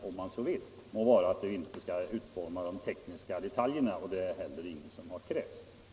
Det må vara att vi inte skall utforma de tekniska detaljerna, och det har heller ingen krävt.